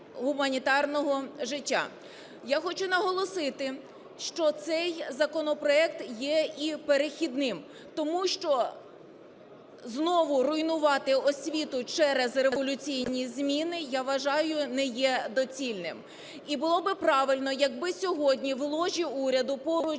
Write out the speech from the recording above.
Я хочу наголосити, що цей законопроект є і перехідним. Тому що знову руйнувати освіту через революційні зміни, я вважаю, не є доцільним. І було би правильно, якби сьогодні в ложі уряду поруч